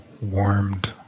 warmed